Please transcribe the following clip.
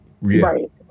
Right